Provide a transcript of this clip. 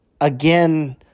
Again